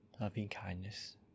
loving-kindness